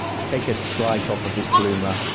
take a slice of this bloomer